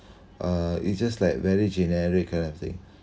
uh it's just like very generic kind of thing